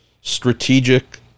strategic